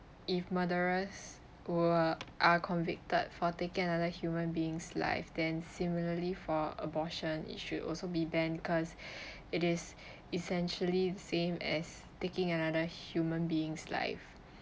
if murderers were are convicted for taking another human being's life then similarly for abortion it should also be banned cause it is essentially same as taking another human being's life